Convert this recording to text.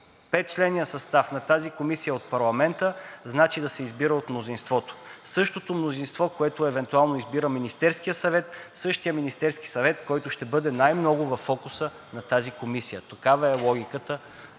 петчленният състав на тази комисия от парламента, значи да се избира от мнозинството. Същото мнозинство, което евентуално избира Министерския съвет, същият Министерски съвет, който ще бъде най-много във фокуса на тази комисия. Такава е логиката